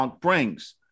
brings